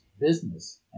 business